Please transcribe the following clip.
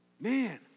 man